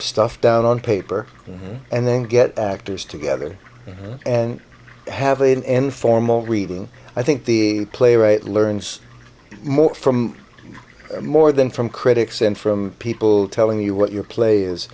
stuff down on paper and then get actors together and have a and formal reading i think the playwright learns more from more than from critics and from people telling you what your play